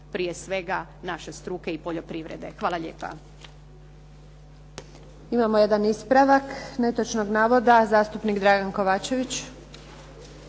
prije svega naše struke i poljoprivrede. Hvala lijepa.